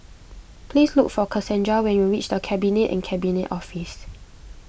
please look for Casandra when you reach the Cabinet at Cabinet Office